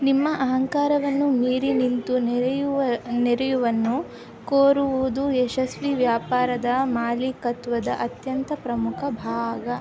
ನಿಮ್ಮ ಅಹಂಕಾರವನ್ನು ಮೀರಿ ನಿಂತು ನೆರೆಯುವ ನೆರವನ್ನು ಕೋರುವುದು ಯಶಸ್ವಿ ವ್ಯಾಪಾರದ ಮಾಲೀಕತ್ವದ ಅತ್ಯಂತ ಪ್ರಮುಖ ಭಾಗ